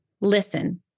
Listen